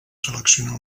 seleccionar